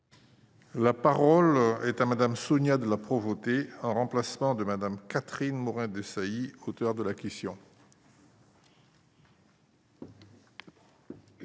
La parole est à Mme Sonia de La Provôté, en remplacement de Mme Catherine Morin-Desailly, auteure de la question n°